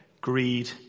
greed